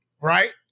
right